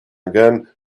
again